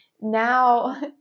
Now